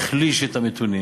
ומצד שני זה החליש את המתונים.